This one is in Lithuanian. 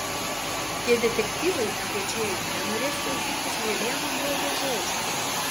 tie detektyvai apie džėjų nenorės klausytis nė vieno blogo žodžio